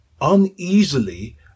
uneasily